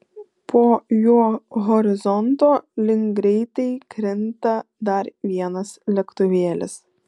po juo horizonto link greitai krinta dar vienas lėktuvėlis